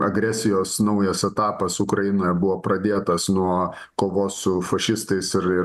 agresijos naujas etapas ukrainoje buvo pradėtas nuo kovos su fašistais ir ir